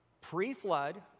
Pre-flood